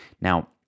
Now